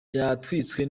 yatwitswe